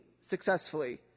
successfully